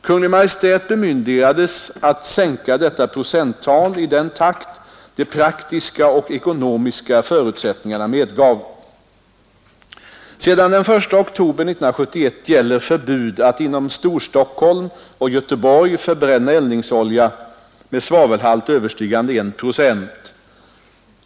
Kungl. Maj:t bemyndigades att sänka detta procenttal i den takt de praktiska och ekonomiska förutsättningarna medgav. Sedan den 1 oktober 1971 gäller förbud att inom Storstockholm och Göteborg förbränna eldningsolja med svavelhalt överstigande 1 procent.